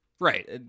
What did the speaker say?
Right